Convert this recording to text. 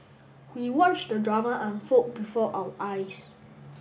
we watched the drama unfold before our eyes